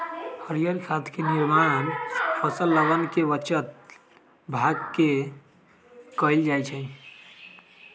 हरीयर खाद के निर्माण फसलवन के बचल भाग से कइल जा हई